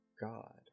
god